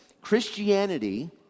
Christianity